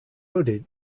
hooded